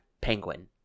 Penguin